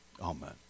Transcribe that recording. Amen